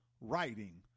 writing